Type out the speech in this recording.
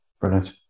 Brilliant